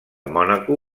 mònaco